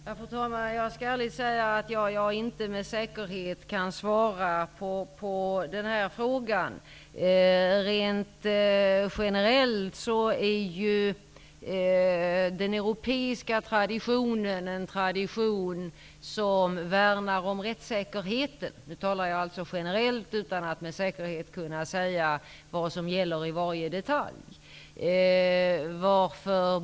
Fru talman! Jag skall ärligt säga att jag inte med säkerhet kan säga vad som gäller i varje detalj. Rent generellt innebär den europeiska traditionen att man värnar om rättssäkerheten.